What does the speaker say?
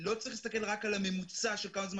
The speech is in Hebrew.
עדין המל"ל מנהל חלק מהדברים במקומו של המשל"ט,